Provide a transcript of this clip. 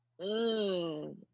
Mmm